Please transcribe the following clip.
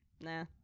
nah